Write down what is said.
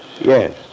Yes